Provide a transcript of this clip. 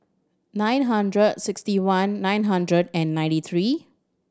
nine hundred sixty one nine hundred and ninety three